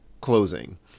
closing